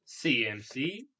CMC